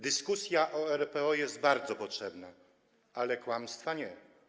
Dyskusja o RPO jest bardzo potrzebna, ale kłamstwa nie.